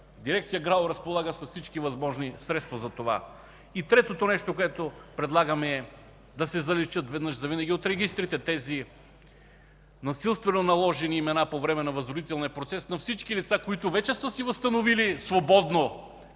Дирекция ГРАО разполага с всички възможни средства за това. Третото нещо, което предлагаме, е да се заличат веднъж завинаги от регистрите тези насилствено наложени имена по време на възродителния процес на всички лица, които вече са си възстановили свободно